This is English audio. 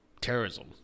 terrorism